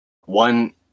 One